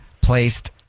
placed